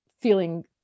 feeling